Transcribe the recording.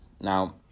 Now